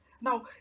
Now